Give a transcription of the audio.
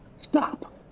stop